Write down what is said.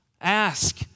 Ask